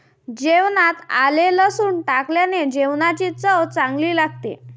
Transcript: जेवणात आले मसूर टाकल्याने जेवणाची चव चांगली लागते